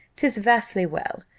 tis vastly well,